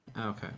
Okay